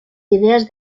ideas